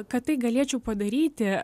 kad tai galėčiau padaryti